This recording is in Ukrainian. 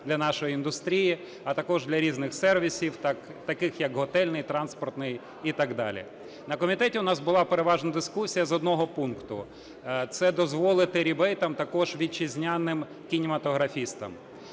для нашої індустрії, а також для різних сервісів, таких як готельний, транспортний і так далі. На комітеті у нас була переважно дискусія з одного пункту. Це дозволити рібейт також вітчизняним кінематографістам.